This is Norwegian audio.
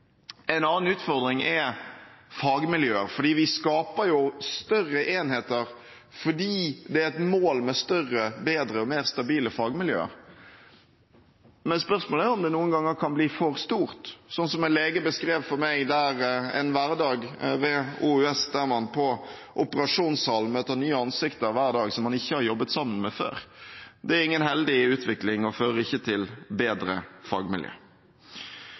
En annen utfordring er fagmiljøer. Vi skaper større enheter fordi det er et mål med større, bedre og mer stabile fagmiljøer. Men spørsmålet er om det noen ganger kan bli for stort. En lege beskrev for meg en hverdag ved OUS, der man på operasjonssalen hver dag møter nye ansikter som man ikke har jobbet sammen med før. Det er ingen heldig utvikling og fører ikke til bedre